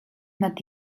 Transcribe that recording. nad